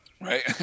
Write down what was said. Right